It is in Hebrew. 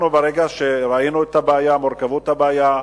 ברגע שאנחנו ראינו את הבעיה ואת מורכבות הבעיה,